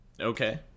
Okay